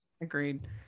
agreed